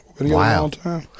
Wow